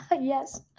Yes